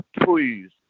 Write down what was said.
please